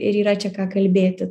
ir yra čia ką kalbėti